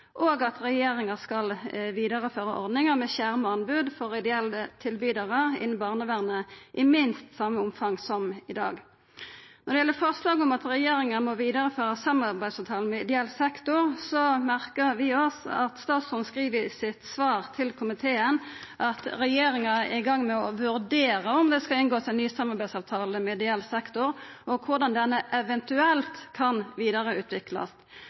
og at regjeringa skal vidareføra ordninga med skjerma anbod for ideelle tilbydarar innan barnevernet i minst same omfang som i dag. Når det gjeld forslaget om at regjeringa må vidareføra samarbeidsavtalen med ideell sektor, merkar vi oss at statsråden skriv i sitt svar til komiteen: «Regjeringen er nå i gang med å vurdere om det skal inngås en ny samarbeidsavtale med ideell sektor og hvordan denne eventuelt kan